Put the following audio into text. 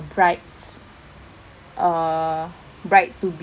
bride's err bride to be